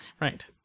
Right